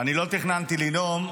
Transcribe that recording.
אני לא תכננתי לנאום,